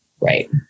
Right